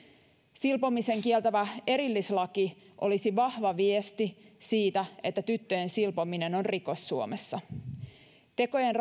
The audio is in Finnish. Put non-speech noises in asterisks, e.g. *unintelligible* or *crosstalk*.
silpomisen kieltävä erillislaki olisi vahva viesti siitä että tyttöjen silpominen on rikos suomessa tekojen *unintelligible*